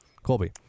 Colby